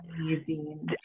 amazing